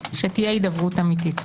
שתהיה הידברות אמיתית.